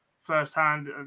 firsthand